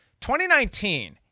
2019